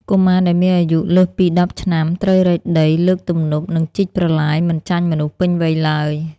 កុមារដែលមានអាយុលើសពី ១០ ឆ្នាំ ត្រូវរែកដី លើកទំនប់ និងជីកប្រឡាយមិនចាញ់មនុស្សពេញវ័យឡើយ។